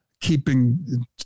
keeping